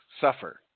suffer